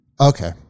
Okay